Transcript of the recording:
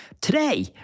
Today